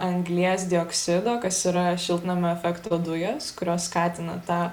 anglies dioksido kas yra šiltnamio efekto dujos kurios skatina tą